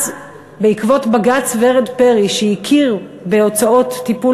אז בעקבות בג"ץ ורד פרי שהכיר בהוצאות טיפול